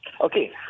Okay